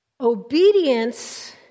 obedience